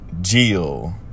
Jill